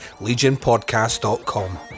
legionpodcast.com